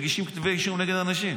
מגישים כתבי אישום נגד אנשים,